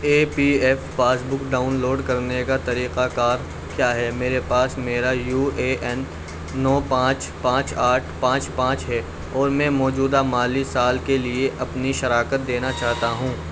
اے P F passbook download کرنے کا طریقہ کار کیا ہے میرے پاس میرا یو اے این نو پانچ پانچ آٹھ پانچ پانچ ہے اور میں موجودہ مالی سال کے لیے اپنی شراکت دینا چاہتا ہوں